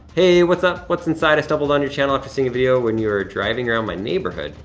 hey, what's up, what's inside? i stumbled on your channel after seeing a video when you were driving around my neighborhood.